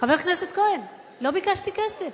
חבר הכנסת כהן, לא ביקשתי כסף,